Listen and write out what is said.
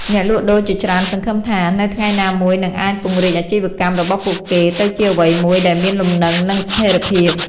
អ្នកលក់ដូរជាច្រើនសង្ឃឹមថា នៅថ្ងៃណាមួយនឹងអាចពង្រីកអាជីវកម្មរបស់ពួកគេទៅជាអ្វីមួយដែលមានលំនឹង និងស្ថេរភាព។